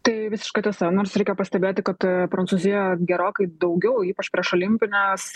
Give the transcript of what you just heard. tai visiška tiesa nors reikia pastebėti kad prancūzija gerokai daugiau ypač prieš olimpines